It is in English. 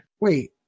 Wait